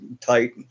tight